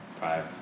Five